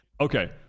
okay